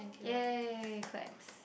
yay claps